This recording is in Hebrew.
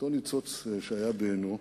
שהיה בעינו,